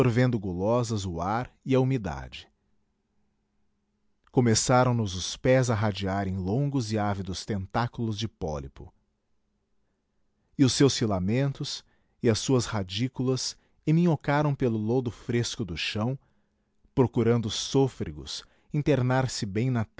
sorvendo gulosas o ar e a umidade começaram nos os pés a radiar em longos e ávidos tentáculos de pólipo e os seus filamentos e as suas radículas eminhocaram pelo lodo fresco do chão procurando sôfregos internar se bem na